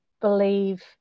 believe